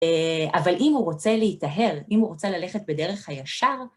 אבל אם הוא רוצה להיטהר, אם הוא רוצה ללכת בדרך הישר,